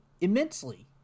immensely